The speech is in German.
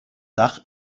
dach